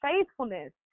faithfulness